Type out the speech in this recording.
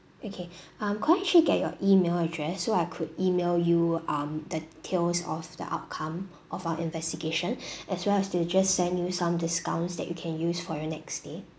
okay um could I actually get your email address so I could email you um the details of the outcome of our investigation as well as to just send you some discounts that you can use for your next stay